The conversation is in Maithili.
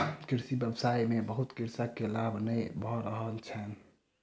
कृषि व्यवसाय में बहुत कृषक के लाभ नै भ रहल छैन